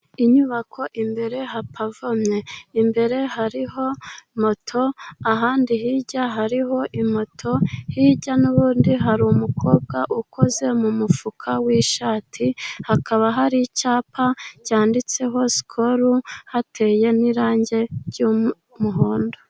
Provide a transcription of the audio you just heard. Inyubako imbere hapavomye. Imbere hariho moto, ahandi hirya hariho moto, hirya n'ubundi hari umukobwa ukoze mu mufuka w'ishati, hakaba hari icyapa cyanditseho sikoro, hateye n'irangi ry'umuhondo.